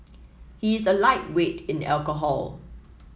he is a lightweight in alcohol